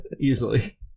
Easily